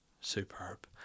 Superb